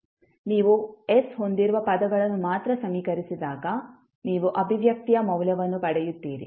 ನೀವು s ಹೊಂದಿರುವ ಪದಗಳನ್ನು ಮಾತ್ರ ಸಮೀಕರಿಸಿದಾಗ ನೀವು ಅಭಿವ್ಯಕ್ತಿಯ ಮೌಲ್ಯವನ್ನು ಪಡೆಯುತ್ತೀರಿ